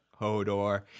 hodor